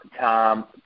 Tom